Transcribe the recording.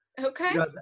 Okay